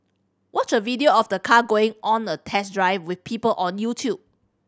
watch a video of the car going on a test drive with people on YouTube